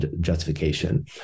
justification